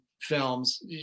films